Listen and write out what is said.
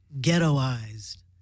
ghettoized